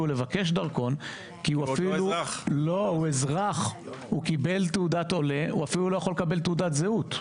לבקש דרכון כי הוא קיבל תעודת עולה אפילו לא יכול לקבל תעודת זהות.